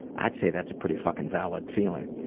i'd say that's a pretty fucking valid feeling.